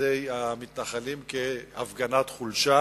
על-ידי המתנחלים כהפגנת חולשה.